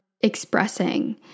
expressing